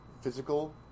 physical